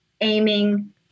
aiming